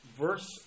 verse